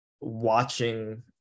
watching